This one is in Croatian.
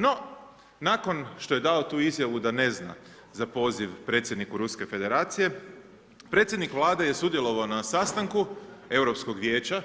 No, nakon što je dao tu izjavu da ne zna za poziv predsjedniku Ruske Federacije, predsjednik Vlade je sudjelovao na sastanku Europskog vijeća